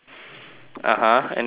(uh huh) anything else